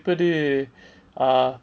ah